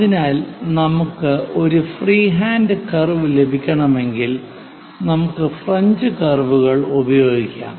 അതിനാൽ നമുക്ക് ഒരു ഫ്രീഹാൻഡ് കർവ് ലഭിക്കണമെങ്കിൽ നമുക്ക് ഫ്രഞ്ച് കർവുകൾ ഉപയോഗിക്കാം